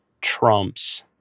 trumps